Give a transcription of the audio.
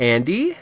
Andy